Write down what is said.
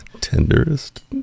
tenderest